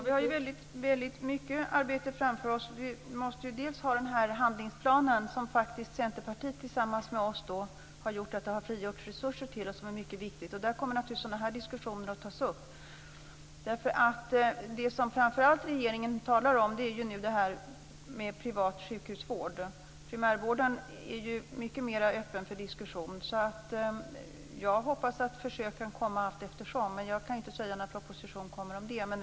Fru talman! Vi har väldigt mycket arbete framför oss. Vi måste bl.a. ha den handlingsplan som Centerpartiet tillsammans med Socialdemokraterna har kunnat frigöra resurser till. Den är mycket viktig. Där kommer naturligtvis sådana här diskussioner att tas upp. Det som regeringen talar om nu är framför allt privat sjukhusvård. När det gäller primärvården är man mycket mer öppen för diskussion. Jag hoppas att försök kan komma allteftersom, men jag kan ju inte säga när en proposition om detta kommer.